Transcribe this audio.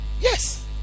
Yes